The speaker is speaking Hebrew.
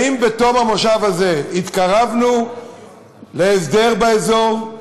האם בתום המושב הזה התקרבנו להסדר באזור?